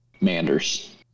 Manders